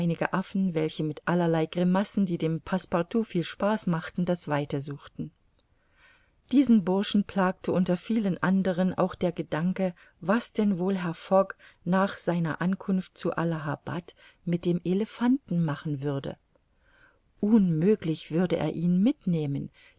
affen welche mit allerlei grimassen die dem passepartout viel spaß machten das weite suchten diesen burschen plagte unter vielen anderen auch der gedanke was denn wohl herr fogg nach seiner ankunft zu allahabad mit dem elephanten machen würde unmöglich würde er ihn mitnehmen